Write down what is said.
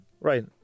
right